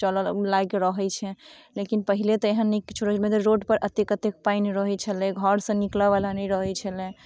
चलऽ लायक रहै छै लेकिन पहिले तऽ नहि एहन किछु रहै मतलब रोडपर एतेक एतेक पानि रहै छलै घरसँ निकलऽवला नहि रहै छलै